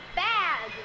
bad